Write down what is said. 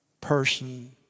person